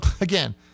again